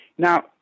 Now